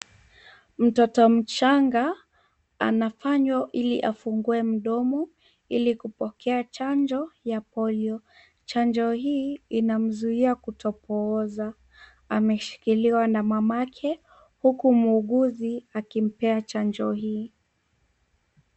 Mtoto mchanga anafanywa ili afungue mdomo ili kupokea chanjo ya Polio. Chanjo hii inamzuia kutopooza. Ameshikiliwa na mamake huku muuguzi akimpea chanjo hii.